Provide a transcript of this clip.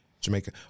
Jamaica